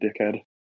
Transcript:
dickhead